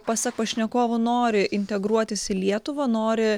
pasak pašnekovo nori integruotis į lietuvą nori